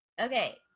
Okay